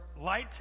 light